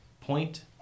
point